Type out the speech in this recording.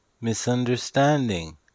misunderstanding